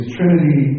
Trinity